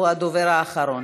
הוא הדובר האחרון.